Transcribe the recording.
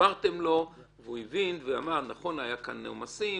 הסברתם לו, הוא הבין, נכון היו כאן עומסים,